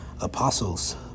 apostles